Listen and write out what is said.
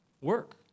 Work